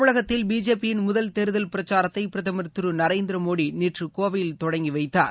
தமிழகத்தில் பிஜேபியின் முதல் தேர்தல் பிரதமர் திரு நரேந்திர மோடி நேற்று கோவையில் தொடங்கி வைத்தார்